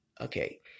Okay